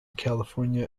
california